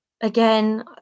again